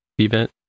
event